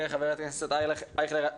חבר הכנסת אייכלר,